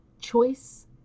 choice